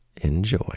Enjoy